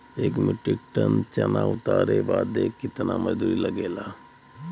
एक metric ton चना उतारे बदे कितना मजदूरी लगे ला?